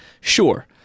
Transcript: Sure